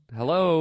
Hello